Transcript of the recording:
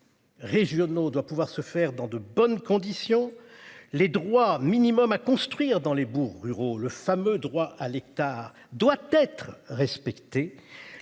Régionaux, on doit pouvoir se faire dans de bonnes conditions les droits minimum à construire dans les bourgs ruraux, le fameux droit à l'hectare doit être respecté.